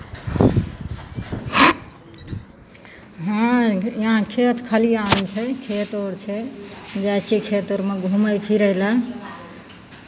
नहि यहाँ खेत खलिआन छै खेत आओर छै जाइ छियै खेत आओरमे घूमय फिरय लए